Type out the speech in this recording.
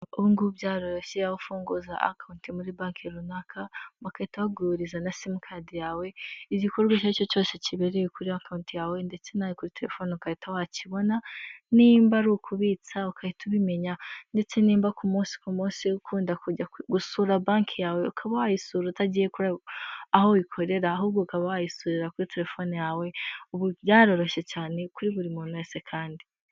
Ubungubu byaroroshye urufunguza akawunti muri banki runaka bagahita baguhuriza na simukade yawe igikorwa icyo aricyo cyose kibereye kuri konti yawe ndetse na kuri telefoni ukayihita wakibona ni ari ukubitsagahita ubimenya ndetse nimba ku munsi ku munsi ukunda gusura banki yawe ukaba wayisura utagiye aho ikorera ahubwo ukaba wayisubirira kuri telefone yawe byaroroshye cyane kuri buri muntu wese kandi.